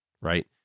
right